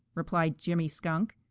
replied jimmy skunk.